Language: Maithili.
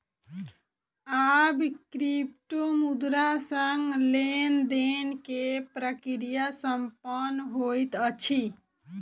आब क्रिप्टोमुद्रा सॅ लेन देन के प्रक्रिया संपन्न होइत अछि